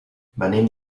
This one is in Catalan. venim